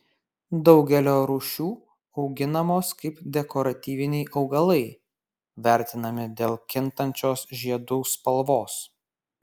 daugelio rūšių auginamos kaip dekoratyviniai augalai vertinami dėl kintančios žiedų spalvos